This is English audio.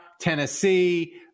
Tennessee